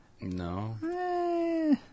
No